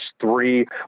three